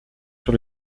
sur